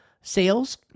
sales